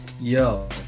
yo